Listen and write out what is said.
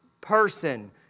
person